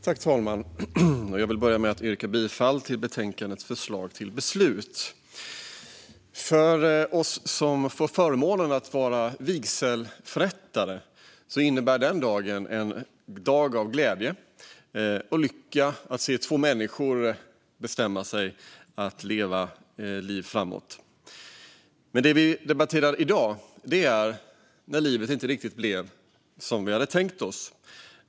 Herr talman! Jag vill börja med att yrka bifall till utskottets förslag till beslut i betänkandet. För oss som får förmånen att vara vigselförrättare är det en glädje och lycka att få se två människor bestämma sig för att leva ett liv tillsammans. Men det vi debatterar i dag är när livet inte riktigt blev som vi hade tänkt oss.